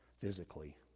physically